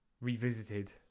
revisited